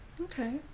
okay